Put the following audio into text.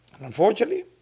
Unfortunately